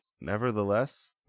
Nevertheless